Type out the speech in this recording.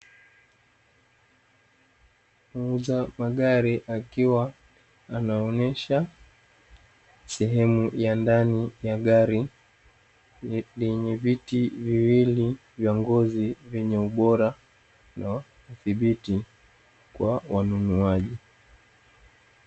Muuza magari akiwa anaonyesha sehemu ya ndani ya gari, yenye viti viwili vya ngozi vyenye ubora na udhibiti kwa wanunuaji.